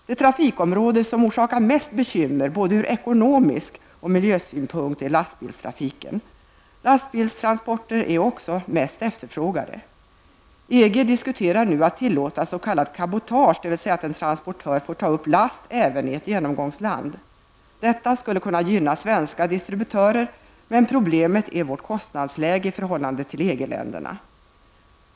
Det trafikområde som orsakar mest bekymmer både ur ekonomisk synpunkt och ur miljösynpunkt är lastbilstrafiken. Lastbilstransporterna är också mest efterfrågade. EG diskuterar nu att tillåta s.k. cabotage, dvs. att en transportör får ta upp last även i ett genomgångsland. Detta skulle kunna gynna svenska distributörer, men problemen är ländernas.